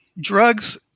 drugs